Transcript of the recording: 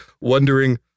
wondering